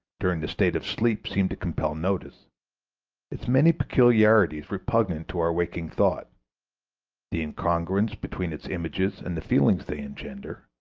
during the state of sleep, seem to compel notice its many peculiarities repugnant to our waking thought the incongruence between its images and the feelings they engender